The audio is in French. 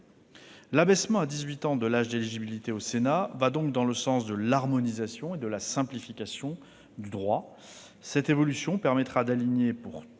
L'abaissement à dix-huit ans de l'âge d'éligibilité au Sénat va donc dans le sens de l'harmonisation et de la simplification du droit. Cette évolution permettra d'aligner, pour tous les